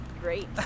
great